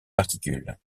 particules